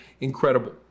incredible